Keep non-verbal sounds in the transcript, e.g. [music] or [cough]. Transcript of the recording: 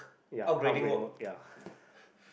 ya upgrading work ya [breath]